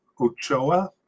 Ochoa